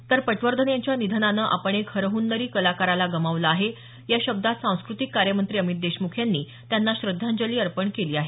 तर पटवर्धन यांच्या निधनानं आपण एक हरहुन्नरी कलाकाराला गमावलं आहे या शब्दांत सांस्कृतिक कार्यमंत्री अमित देशमुख त्यांना श्रद्धांजली अर्पण केली आहे